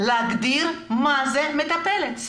חייב להגדיר מה זאת מטפלת.